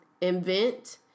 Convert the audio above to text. invent